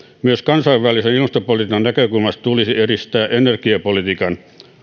myös kansainvälisen ilmastopolitiikan näkökulmasta tulisi edistää energiapolitiikan ohjauskeinoilla